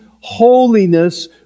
holiness